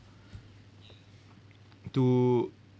to